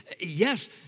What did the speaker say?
Yes